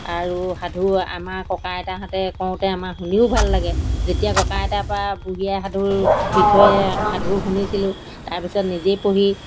আৰু সাধু আমাৰ ককা আইতাহঁতে কওঁতে আমাৰ শুনিও ভাল লাগে যেতিয়া ককা আইতাৰপৰা বুঢ়ী আই সাধুৰ বিষয়ে সাধু শুনিছিলোঁ তাৰপিছত নিজেই পঢ়ি